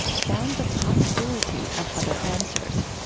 found the possibility of other answers.